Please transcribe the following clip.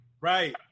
Right